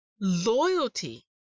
loyalty